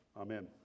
amen